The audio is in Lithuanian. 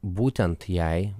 būtent jai